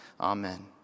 amen